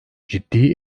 ciddi